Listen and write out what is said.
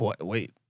Wait